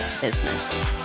business